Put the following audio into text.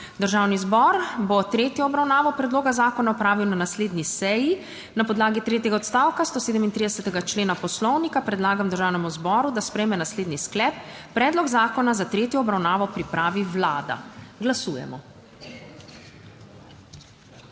Državni zbor bo tretjo obravnavo predloga zakona opravil na naslednji seji. Na podlagi tretjega odstavka 137. člena Poslovnika predlagam Državnemu zboru, da sprejme naslednji sklep: Predlog zakona za tretjo obravnavo pripravi Vlada. Glasujemo.